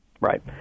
Right